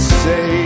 say